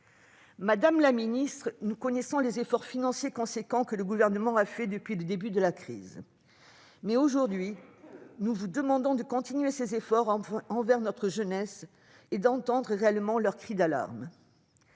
Madame la ministre, nous connaissons les efforts financiers importants que le Gouvernement a consentis depuis le début de la crise. Aujourd'hui, nous vous demandons de continuer ces efforts envers notre jeunesse et d'entendre réellement ses cris d'alarme.